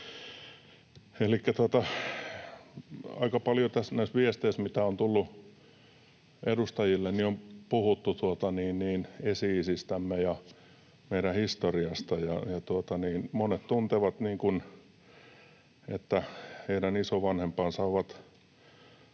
aika paljon näissä viesteissä, mitä on tullut edustajille, on puhuttu esi-isistämme ja meidän historiasta, ja monet tuntevat, että heidän isovanhempansa ovat